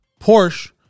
Porsche